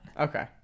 Okay